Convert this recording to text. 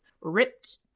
ripped